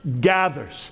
gathers